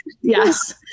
yes